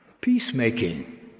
Peacemaking